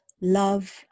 love